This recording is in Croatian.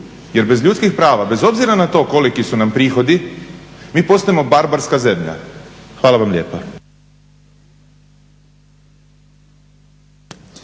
jer bez ljudskih prava bez obzira na to koliki su nam prihodi, mi postajemo barbarska zemlja. Hvala vam lijepa.